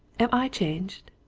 am i changed?